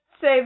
say